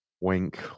Wink